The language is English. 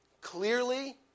clearly